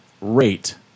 Rate